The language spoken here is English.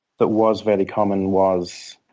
that was very common was